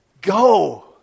go